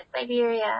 Siberia